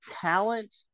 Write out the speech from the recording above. talent